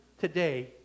today